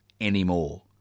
anymore